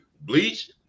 Bleach